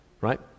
right